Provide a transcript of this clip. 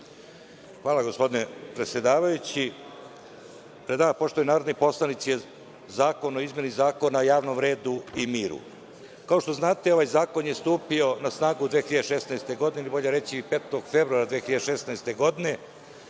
Hvala, gospodine predsedavajući. Pred vama je poštovani narodni poslanici zakon o izmeni Zakona o javnom redu i miru. Kao što znate ovaj Zakon je stupio na snagu 2016. godine ili bolje reći 5. februara 2016. godine.